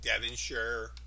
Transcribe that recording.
Devonshire